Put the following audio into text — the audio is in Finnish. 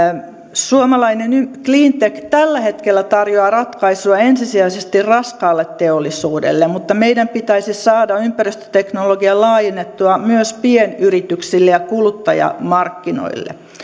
suomalainen cleantech tällä hetkellä tarjoaa ratkaisua ensisijaisesti raskaalle teollisuudelle mutta meidän pitäisi saada ympäristöteknologia laajennettua myös pienyrityksille ja kuluttajamarkkinoille